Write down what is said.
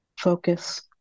Focus